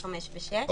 (5) ו-(6).